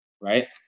right